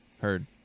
heard